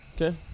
Okay